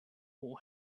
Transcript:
will